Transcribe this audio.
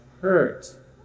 hurt